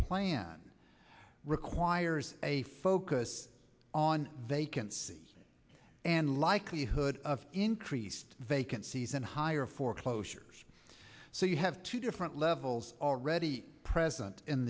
plan requires a focus on vacancies and likelihood of increased vacancies and higher foreclosures so you have two different levels already present in